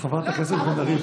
חברת הכנסת בן ארי,